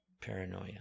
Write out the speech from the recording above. paranoia